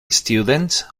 students